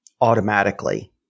automatically